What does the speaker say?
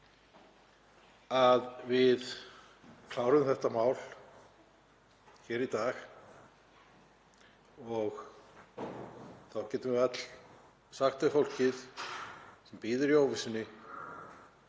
að við klárum þetta mál hér í dag og þá getum við öll sagt við fólkið sem bíður í óvissunni